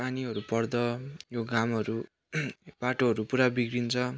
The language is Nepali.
पानीहरू पर्दा यो घामहरू बाटोहरू पुरा बिग्रिन्छ